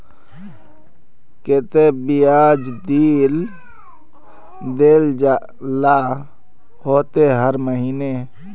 केते बियाज देल ला होते हर महीने?